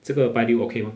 这个拜六 okay mah